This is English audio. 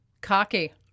Cocky